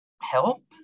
help